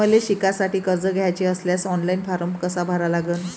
मले शिकासाठी कर्ज घ्याचे असल्यास ऑनलाईन फारम कसा भरा लागन?